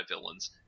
villains